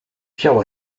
shall